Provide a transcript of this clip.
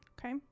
Okay